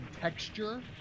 texture